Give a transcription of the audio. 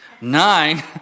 nine